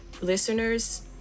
listeners